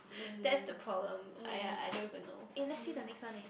that's the problem !aiya! I don't even know eh let's see the next one eh